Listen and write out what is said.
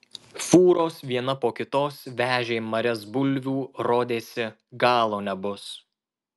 fūros viena po kitos vežė marias bulvių rodėsi galo nebus